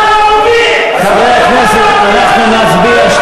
אדוני רוצה לומר כמה מילים?